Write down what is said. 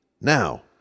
Now